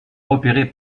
repéré